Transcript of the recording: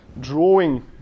drawing